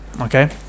Okay